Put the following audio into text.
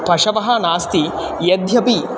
पशवः नास्ति यद्यपि